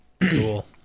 Cool